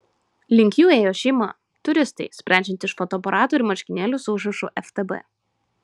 link jų ėjo šeima turistai sprendžiant iš fotoaparatų ir marškinėlių su užrašu ftb